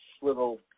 little